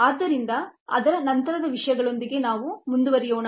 ಆದ್ದರಿಂದ ಅದರ ನಂತರದ ವಿಷಯಗಳೊಂದಿಗೆ ನಾವು ಮುಂದುವರಿಯೋಣ